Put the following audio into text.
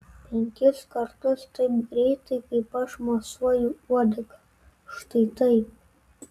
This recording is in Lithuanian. penkis kartus taip greitai kaip aš mosuoju uodega štai taip